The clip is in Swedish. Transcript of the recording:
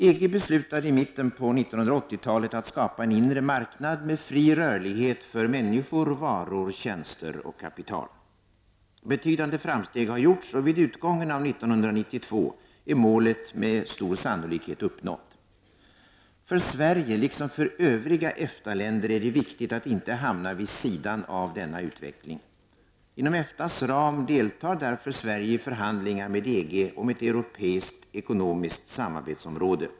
EG beslutade i mitten på 1980-talet att skapa en inre marknad med fri rörlighet för människor, varor, tjänster och kapital. Betydande framsteg har gjorts, och vid utgången av år 1992 är målet med stor sannolikhet uppnått. För Sverige, liksom för övriga EFTA-länder, är det viktigt att inte hamna vid sidan av denna utveckling. Inom EFTAs ram deltar därför Sverige i förhandlingar med EG om ett europeiskt ekonomiskt samarbetsområde.